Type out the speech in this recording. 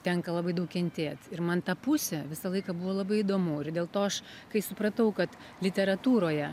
tenka labai daug kentėt ir man ta pusė visą laiką buvo labai įdomu ir dėl to aš kai supratau kad literatūroje